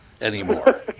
anymore